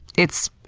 it's,